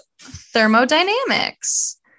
thermodynamics